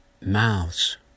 mouths